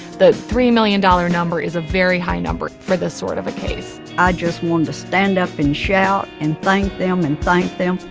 the three million dollar number is a very high number for this sort of a case. i just wanted to stand up and shout, and thank them, and thank them.